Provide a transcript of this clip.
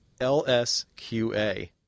LSQA